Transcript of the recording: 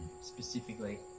specifically